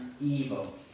evil